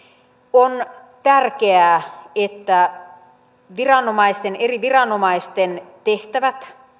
on tärkeää että eri viranomaisten tehtävät